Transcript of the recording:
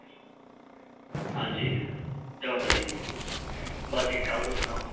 आं जी जै माता दी बाकी ठीक ठाक तुस सनाओ